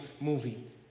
movie